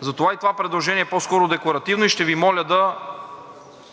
Затова и това предложение е по-скоро декларативно и ще Ви моля да